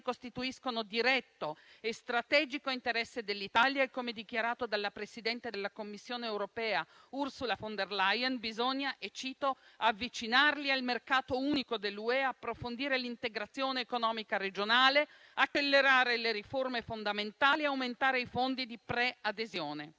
costituiscono diretto e strategico interesse dell'Italia e, come dichiarato dalla presidente della Commissione europea Ursula von der Leyen, bisogna avvicinarli al mercato unico dell'UE, approfondire l'integrazione economica regionale, accelerare le riforme fondamentali e aumentare i fondi di preadesione.